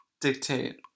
dictate